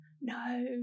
no